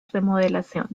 remodelación